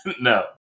No